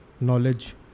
knowledge